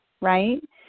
right